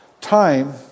Time